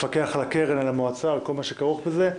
לפקח על הקרן, על המועצה, על כל מה שכרוך בזה.